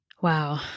Wow